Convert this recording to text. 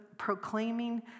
Proclaiming